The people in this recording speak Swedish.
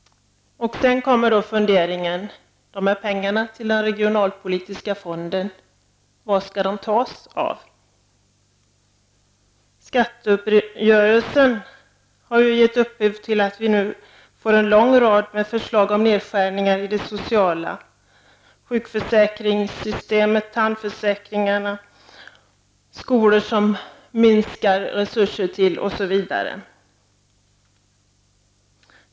Sedan kan man undra var pengarna till den regionalpolitiska fonden skall tas ifrån. Skatteuppgörelsen har ju gett upphov till att det nu kommer en lång rad förslag om nedskärningar i de sociala förmånerna. Resurserna minskas nu inom sjukförsäkringssystemet, tandvårdsförsäkringarna och inom skolan.